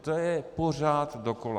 To je pořád dokola.